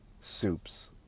soups